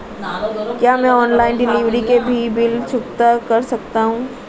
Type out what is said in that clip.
क्या मैं online delivery के भी बिल चुकता कर सकता हूँ?